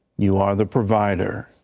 you are the provider.